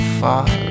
far